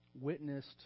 witnessed